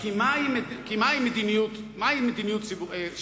מהי דיפלומטיה ציבורית?